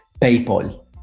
PayPal